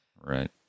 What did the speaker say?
Right